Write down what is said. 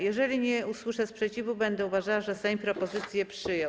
Jeżeli nie usłyszę sprzeciwu, będę uważała, że Sejm propozycję przyjął.